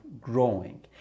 growing